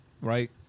Right